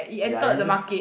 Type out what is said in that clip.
ya it just